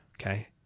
Okay